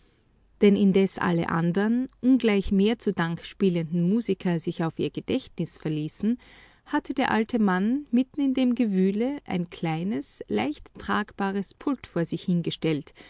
denn indes alle andern ungleich mehr zu dank spielenden musiker sich auf ihr gedächtnis verließen hatte der alte mann mitten in dem gewühle ein kleines leicht tragbares pult vor sich hingestellt